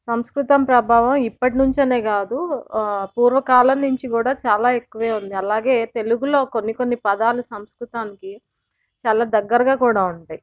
సంస్కృతం ప్రభావం ఇప్పటి నుంచి అనే కాదు పూర్వ కాలం నుంచి కూడా చాలా ఎక్కువే ఉంది అలాగే తెలుగులో కొన్ని కొన్ని పదాలు సంస్కృతానికి చాలా దగ్గరగా కూడా ఉంటాయి